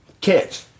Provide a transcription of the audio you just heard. catch